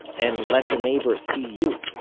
and let the neighbor see you